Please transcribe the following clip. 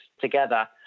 together